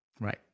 Right